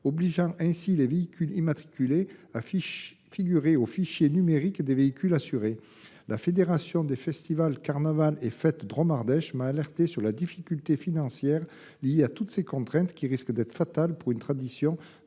nécessitera que les véhicules immatriculés figurent au fichier des véhicules assurés (FVA). La fédération des festivals, carnavals et fêtes Drôme Ardèche m’a alerté sur les difficultés financières liées à toutes ces contraintes, qui risquent d’être fatales à une tradition